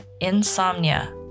insomnia